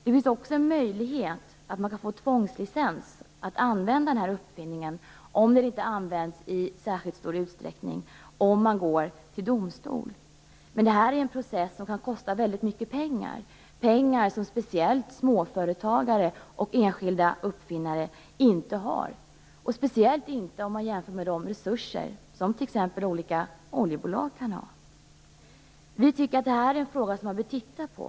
Det finns också en möjlighet att få tvångslicens för att använda uppfinningen om den inte används i särskilt stor utsträckning genom att man går till domstol. Men det här är en process som kan kosta väldigt mycket pengar - pengar som framför allt småföretagare och enskilda uppfinnare inte har, speciellt inte jämfört med de resurser som t.ex. olika oljebolag kan ha. Vi tycker att det här är en fråga som man bör titta på.